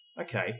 okay